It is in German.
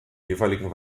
jeweiligen